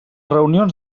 reunions